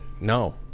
No